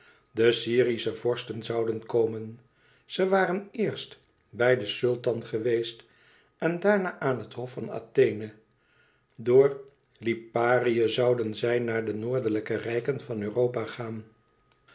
de syrische vorsten zouden komen ze waren eerst bij den sultan geweest en daarna aan het hof te athene door liparië zouden zij naar de noordelijke rijken van europa gaan